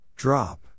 Drop